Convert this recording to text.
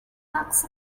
facts